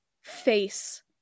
face